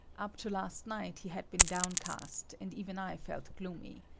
up to last night, he had been downcast, and even i felt gloomy.